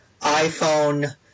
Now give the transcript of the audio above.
iPhone